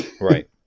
right